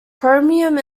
chromium